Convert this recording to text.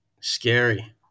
scary